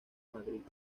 madrid